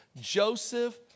Joseph